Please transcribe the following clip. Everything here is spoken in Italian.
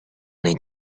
nei